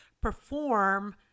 perform